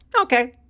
okay